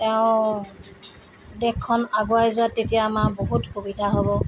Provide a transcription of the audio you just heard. তেওঁ দেশখন আগুৱাই যোৱাত তেতিয়া আমাৰ বহুত সুবিধা হ'ব